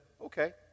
okay